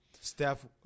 Steph –